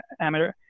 amateur